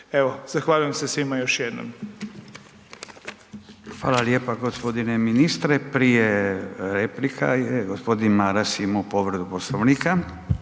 Evo zahvaljujem se svima još jednom. **Radin, Furio (Nezavisni)** Hvala lijepa gospodine ministre. Prije replika je gospodin Maras imao povredu Poslovnika.